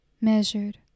measured